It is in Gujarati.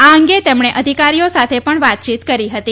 આ અંગે તેમણે અધિકારીઓ સાથે પણ વાતયીત કરી હતી